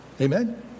Amen